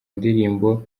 ndirimbo